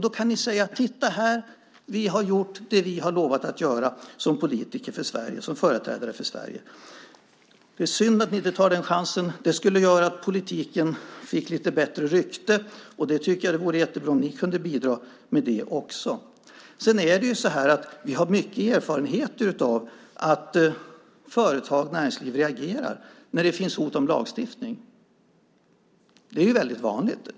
Då kan ni säga: Titta här, vi har gjort det vi har lovat att göra som politiker och företrädare för Sverige. Det är synd att ni inte tar den chansen. Det skulle göra att politiken fick lite bättre rykte. Det vore jättebra om ni kunde bidra också med det. Vi har många erfarenheter av att företag och näringsliv reagerar när det finns hot om lagstiftning. Det är väldigt vanligt.